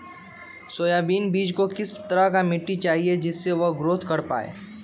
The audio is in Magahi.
सोयाबीन बीज को किस तरह का मिट्टी चाहिए जिससे वह ग्रोथ कर पाए?